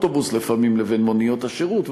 לפעמים של חברות האוטובוס ומוניות השירות,